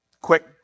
quick